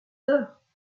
heures